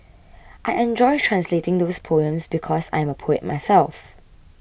I enjoyed translating those poems because I am a poet myself